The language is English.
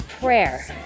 Prayer